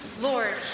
Lord